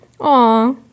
Aw